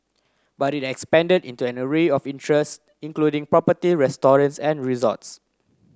but it expanded into an array of interests including property restaurants and resorts